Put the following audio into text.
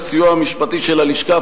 אל הדרך פרויקט הסיוע המשפטי של הלשכה,